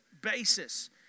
basis